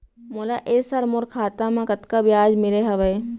मोला ए साल मोर खाता म कतका ब्याज मिले हवये?